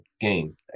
game